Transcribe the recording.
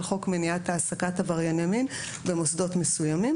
חוק מניעת העסקת עברייני מין במוסדות מסוימים